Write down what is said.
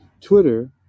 Twitter